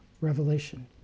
Revelation